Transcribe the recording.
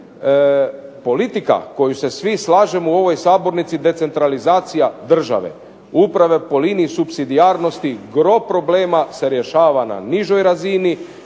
je i politika koju se svi slažemo u ovoj sabornici decentralizacija države, uprave po liniji supsidijarnosti gro problema se rješava na nižoj razini,